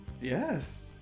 Yes